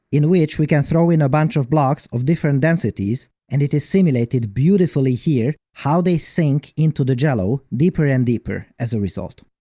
in which we can throw in a bunch of blocks of different densities, and it is simulated beautifully here how they sink into the jello deeper and deeper as a result.